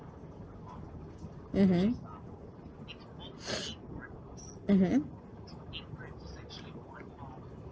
mmhmm mmhmm